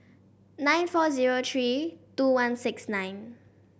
nine four zero three two one six nine